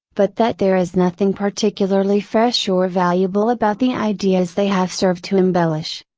but that there is nothing particularly fresh or valuable about the ideas they have served to embellish.